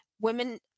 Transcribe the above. women